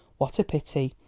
what a pity!